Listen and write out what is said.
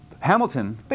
Hamilton